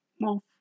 Wolf